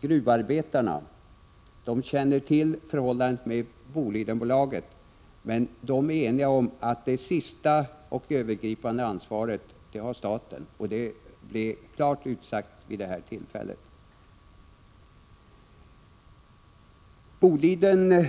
Gruvarbetarna känner till hur det förhåller sig med Bolidenbolaget, men de är eniga om att det är staten som har det yttersta, övergripande ansvaret. Boliden